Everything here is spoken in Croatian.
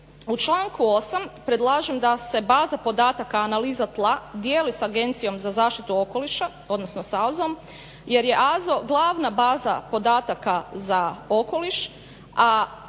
U članku 8. predlažem da se baza podataka analiza tla dijeli s agencijom za zaštitu okoliša, odnosno s AZO-m. Jer je AZO glavna baza podataka za okoliš,